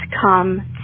come